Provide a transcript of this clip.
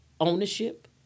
ownership